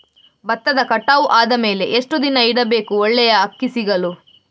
ಭತ್ತ ಕಟಾವು ಆದಮೇಲೆ ಎಷ್ಟು ದಿನ ಇಡಬೇಕು ಒಳ್ಳೆಯ ಅಕ್ಕಿ ಸಿಗಲು?